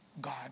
God